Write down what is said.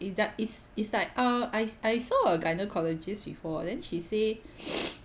is that is it's like ah I s~ I saw a gynaecologist before then she say